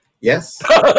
Yes